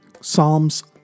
Psalms